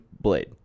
blade